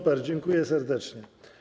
Super, dziękuję serdecznie.